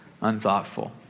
unthoughtful